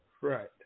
Right